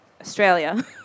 Australia